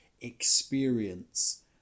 experience